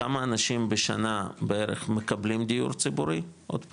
כמה אנשים בשנה בערך בקבלים דיור ציבורי, עוד פעם,